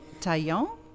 Taillon